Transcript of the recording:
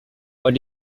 what